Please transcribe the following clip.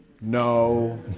no